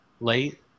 Late